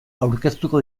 aurkeztuko